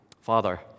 Father